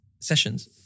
sessions